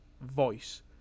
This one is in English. voice